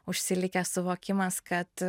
užsilikęs suvokimas kad